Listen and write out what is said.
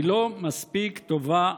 היא לא מספיק טובה עבורנו.